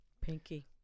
Pinky